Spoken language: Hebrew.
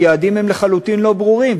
היעדים הם לחלוטין לא ברורים,